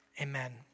Amen